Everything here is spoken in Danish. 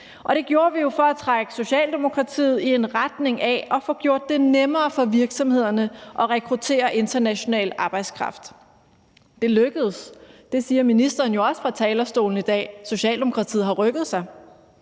det gjorde vi jo for at trække Socialdemokratiet i retning af at få gjort det nemmere for virksomhederne at rekruttere international arbejdskraft. Det lykkedes. Det siger ministeren jo også fra talerstolen i dag. Socialdemokratiet har rykket sig.